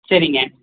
சரிங்க